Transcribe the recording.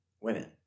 women